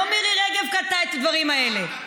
לא מירי רגב כתבה את הדברים האלה,